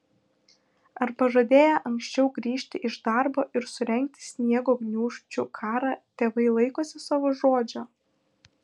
ar pažadėję anksčiau grįžti iš darbo ir surengti sniego gniūžčių karą tėvai laikosi savo žodžio